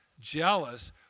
jealous